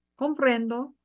comprendo